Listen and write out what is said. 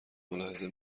ملاحظه